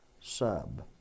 sub